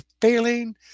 failing